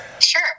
Sure